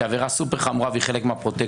שהיא עבירה סופר חמורה והיא חלק מהפרוטקשן,